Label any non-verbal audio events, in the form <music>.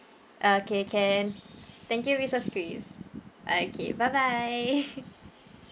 okay can thank you missus chris okay bye bye <laughs>